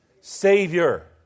savior